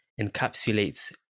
encapsulates